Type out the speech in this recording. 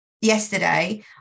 yesterday